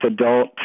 adult